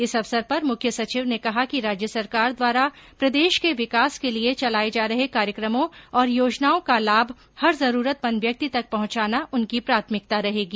इस अवसर पर मुख्य सचिव ने कहा कि राज्य सरकार द्वारा प्रर्देश के विकास के लिये चलाये जा रहे कार्यक्रमों और योजनाओं का लाभ हर जरूरतमंद व्यक्ति तक पहुंचाना उनकी प्राथमिकता रहेगी